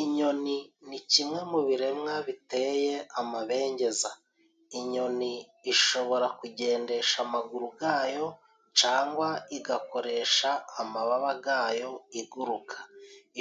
Inyoni ni kimwe mu biremwa biteye amabengeza. Inyoni ishobora kugendesha amaguru gayo cangwa igakoresha amababa gayo iguruka.